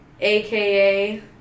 aka